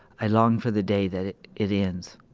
i long for the day that it it ends,